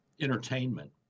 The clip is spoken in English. entertainment